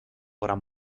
gran